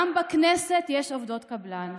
גם בכנסת יש עובדות קבלן,